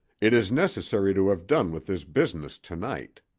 it is necessary to have done with this business to-night.